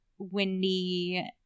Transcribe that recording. windy